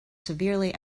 severely